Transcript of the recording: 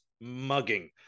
mugging